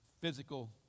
physical